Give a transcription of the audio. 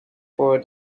for